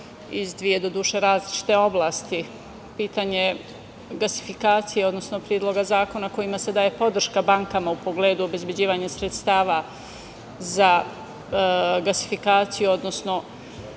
iz dve do duše različite oblasti, pitanje gasifikacije, odnosno Predloga zakona kojima se daje podrška bankama u pogledu obezbeđivanja sredstava za gasifikaciju, odnosno